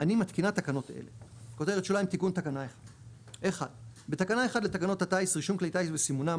אני מתקינה תקנות אלה: תיקון תקנה 1 1. בתקנה 1 לתקנות הטיס (רישום כלי טיס וסימונם),